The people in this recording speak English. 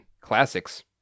classics